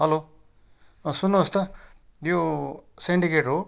hello अँ सुन्नुहोस् त यो सेन्डिकेट हो